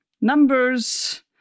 numbers